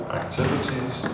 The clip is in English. activities